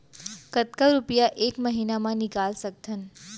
कतका रुपिया एक महीना म निकाल सकथन?